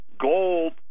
gold